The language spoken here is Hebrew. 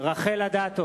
רחל אדטו,